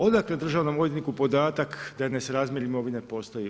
Odakle državnom odvjetniku podatak da je nesrazmjer imovine postoji?